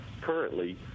currently